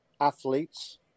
athletes